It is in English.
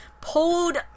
pulled